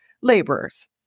laborers